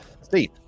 steve